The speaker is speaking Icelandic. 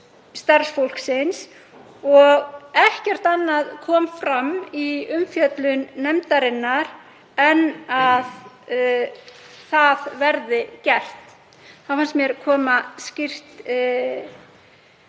starfsfólksins. Ekkert annað kom fram í umfjöllun nefndarinnar en að það yrði gert. Það fannst mér koma skýrt